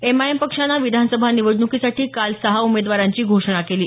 MIM पक्षानं विधानसभा निवडणुकीसाठी काल सहा उमेदवारांची घोषणा केली